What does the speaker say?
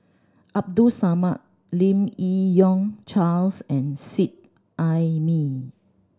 Abdul Samad Lim Yi Yong Charles and Seet Ai Mee